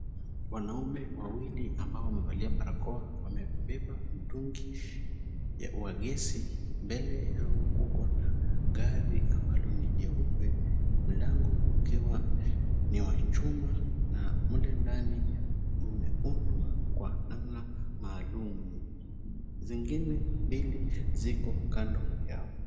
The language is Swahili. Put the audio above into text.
Wanaume wawili ambao wamevalia barakoa wamebeba mitungi wa gesi. Mbele yao kuko na gari ambalo ni jeupe, mlango ukiwa ni wa chuma na mle ndani mmeundwa kwa namna maalumu. Zingine mbili ziko kando yao.